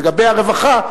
לגבי הרווחה,